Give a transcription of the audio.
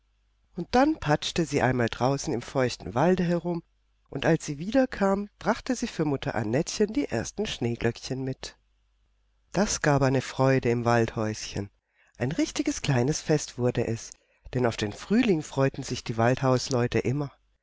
und dann patschte sie einmal draußen im feuchten walde herum und als sie wiederkam brachte sie für mutter annettchen die ersten schneeglöckchen mit das gab eine freude im waldhäuschen ein richtiges kleines fest wurde es denn auf den frühling freuten sich die waldhausleute immer